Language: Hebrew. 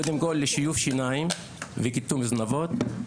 קודם כל לשיוף שיניים וקיטום זנבות,